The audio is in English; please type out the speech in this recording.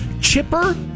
chipper